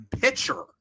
pitcher